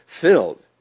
filled